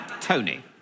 Tony